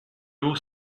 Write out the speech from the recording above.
haut